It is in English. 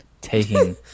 taking